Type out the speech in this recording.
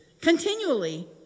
continually